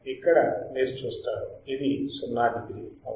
ఇక్కడ మీరు చూస్తారు ఇది 0 డిగ్రీ అవునా